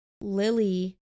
Lily